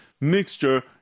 mixture